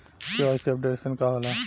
KYC updation का होला?